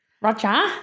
Roger